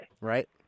Right